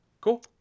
Cool